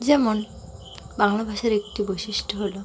যেমন বাংলা ভাষার একটি বৈশিষ্ট্য হলো